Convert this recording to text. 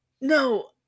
no